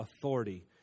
authority